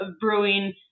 brewing